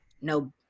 no